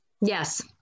Yes